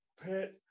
pet